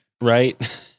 right